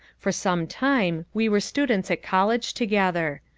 for some time we were students at college together.